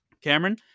Cameron